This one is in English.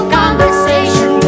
conversation